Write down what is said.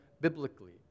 biblically